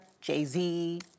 Jay-Z